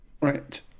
right